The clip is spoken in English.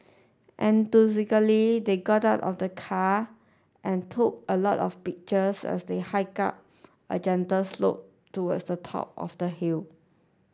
enthusiastically they got out of the car and took a lot of pictures as they hiked up a gentle slope towards the top of the hill